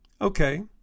Okay